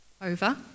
over